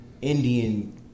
Indian